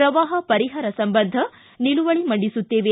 ಪ್ರವಾಹ ಪರಿಹಾರ ಸಂಬಂಧ ನಿಲುವಳ ಮಂಡಿಸುತ್ತೇವೆ